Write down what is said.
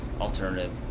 alternative